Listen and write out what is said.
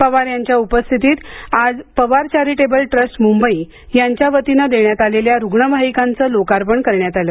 पवार यांच्या उपस्थितीत आज पवार चॅरिटेबल ट्रस्ट मुबंई यांच्यावतीने देण्यात आलेल्या रुग्णवाहिकांचं लोकार्पण करण्यात आलं